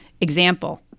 example